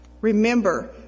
Remember